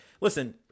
listen